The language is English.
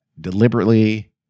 deliberately